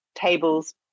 tables